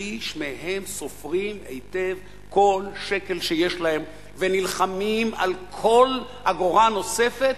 שליש מהם סופרים היטב כל שקל שיש להם ונלחמים על כל אגורה נוספת,